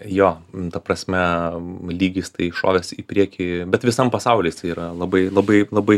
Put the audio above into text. jo ta prasme lygis tai šovęs į priekį bet visam pasauly jisai yra labai labai labai